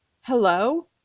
hello